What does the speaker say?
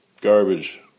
garbage